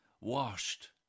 washed